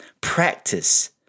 practice